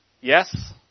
yes